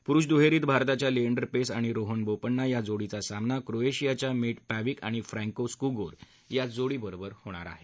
पुरुष दुहेरीत भारताच्या लिएंडर पेस आणि रोहन बोपंण्णा या जोडीचा सामना क्रोएशियाच्या मेट पॅविक आणि फ्रॅंको स्कुगोर या जोडीबरोबर होणार आहे